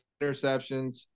interceptions